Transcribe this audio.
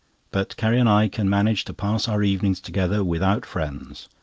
but carrie and i can manage to pass our evenings together without friends.